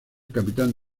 capitán